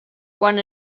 quan